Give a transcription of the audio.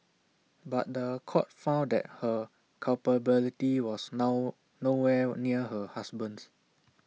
but The Court found that her culpability was now nowhere near her husband's